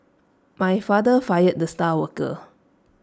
my father fired the star worker